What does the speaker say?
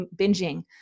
binging